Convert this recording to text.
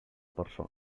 persona